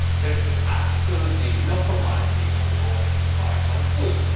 there is absolutely no formality on going to buy some food.